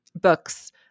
books